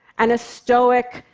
and a stoic,